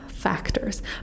Factors